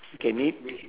you can eat